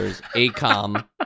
Acom